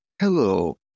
Hello